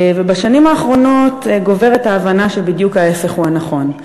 בשנים האחרונות גוברת ההבנה שבדיוק ההפך הוא הנכון,